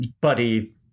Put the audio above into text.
buddy